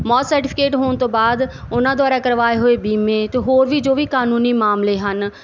ਮੌਤ ਸਰਟੀਫਿਕੇਟ ਹੋਣ ਤੋਂ ਬਾਅਦ ਉਹਨਾਂ ਦੁਆਰਾ ਕਰਵਾਏ ਹੋਏ ਬੀਮੇ ਤੇ ਹੋਰ ਵੀ ਜੋ ਵੀ ਕਾਨੂੰਨੀ ਮਾਮਲੇ ਹਨ